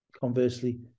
conversely